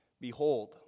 Behold